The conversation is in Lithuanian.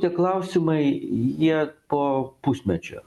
tie klausimai jie po pusmečio